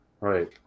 Right